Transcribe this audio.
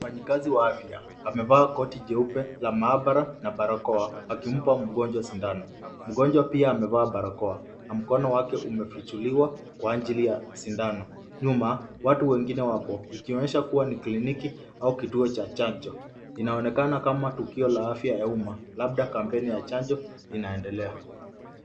Mfanyikazi wa afya amevaa koti jeupe la maabara na barakoa akimpa mgonjwa sindano, mgonjwa pia amevaa barakoa na mkono wake umefichuliwa kwa ajili ya sindano, nyuma watu wengine wapo ikionyesha kua ni kliniki au kituo cha chanjo. Inaonekana kama tukio ya afya ya umma labda kampeni ya chanjo inaendelea.